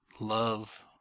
love